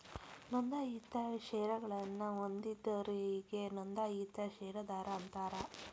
ನೋಂದಾಯಿತ ಷೇರಗಳನ್ನ ಹೊಂದಿದೋರಿಗಿ ನೋಂದಾಯಿತ ಷೇರದಾರ ಅಂತಾರ